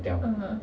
(uh huh)